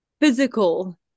physical